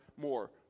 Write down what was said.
more